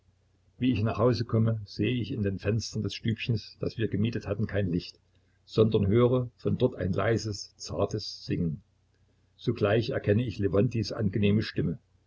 wie ich nach hause komme sehe ich in den fenstern des stübchens das wir gemietet hatten kein licht sondern höre von dort ein leises zartes singen sogleich erkenne ich lewontijs angenehme stimme